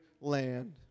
land